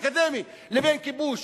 בין חופש אקדמי לבין כיבוש.